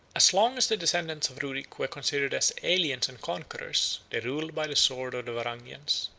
as long as the descendants of ruric were considered as aliens and conquerors, they ruled by the sword of the varangians,